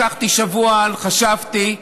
לקחתי שבוע, חשבתי.